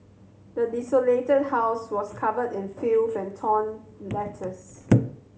the desolated house was covered in filth and torn letters